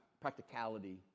practicality